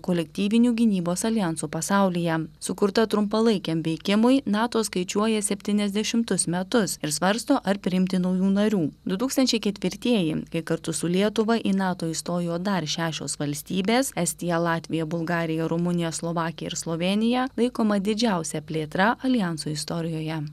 kolektyviniu gynybos aljansu pasaulyje sukurta trumpalaikiam veikimui nato skaičiuoja septyniasdešimtus metus ir svarsto ar priimti naujų narių du tūkstančiai ketvirtieji kai kartu su lietuva į nato įstojo dar šešios valstybės estija latvija bulgarija rumunija slovakija ir slovėnija laikoma didžiausia plėtra aljanso istorijoje